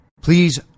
Please